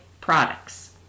products